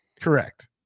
correct